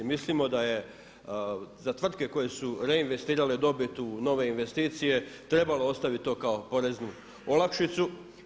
Mislimo da je za tvrtke koje su reinvestirale dobit u nove investicije trebalo ostaviti kao poreznu olakšicu.